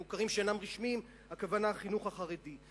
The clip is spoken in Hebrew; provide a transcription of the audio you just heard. הכוונה לחינוך החרדי,